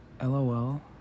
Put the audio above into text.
lol